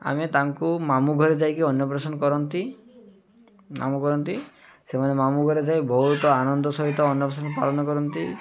ଆମେ ତାଙ୍କୁ ମାମଁ ଘରେ ଯାଇକି ଅନ୍ନପ୍ରାଶନ କରନ୍ତି ମାମଁ କରନ୍ତି ସେମାନେ ମାମୁଁ ଘରେ ଯାଇ ବହୁତ ଆନନ୍ଦ ସହିତ ଅନ୍ନପ୍ରାଶନ ପାଳନ କରନ୍ତି